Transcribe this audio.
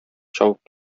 чабып